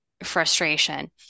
frustration